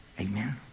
Amen